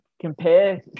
compare